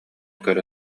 көрө